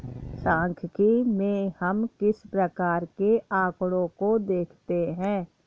सांख्यिकी में हम किस प्रकार के आकड़ों को देखते हैं?